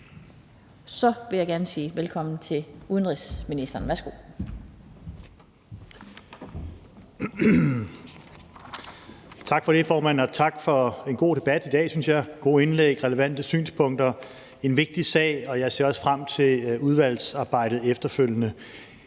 Så vil jeg gerne sige velkommen til udenrigsministeren. Værsgo. Kl. 17:01 Udenrigsministeren (Jeppe Kofod): Tak for det, formand. Og tak for en god debat i dag, synes jeg – gode indlæg, relevante synspunkter, en vigtig sag – og jeg ser også frem til udvalgsarbejdet efterfølgende.